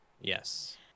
Yes